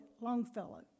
Longfellow